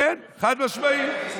כן, חד-משמעית.